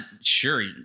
sure